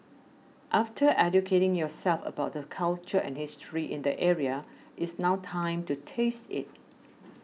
after educating yourself about the culture and history in the area it's now time to taste it